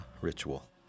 ritual